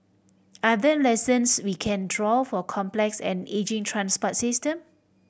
are there lessons we can draw for complex and ageing transport system